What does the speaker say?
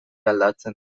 aldatzen